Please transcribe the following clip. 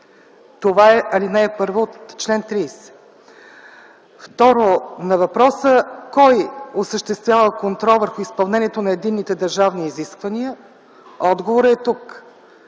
Това е ал. 1 от чл. 30. Второ, на въпроса: кой осъществява контрол върху изпълнението на единните държавни изисквания? Отговорът е тук –